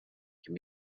can